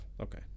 Okay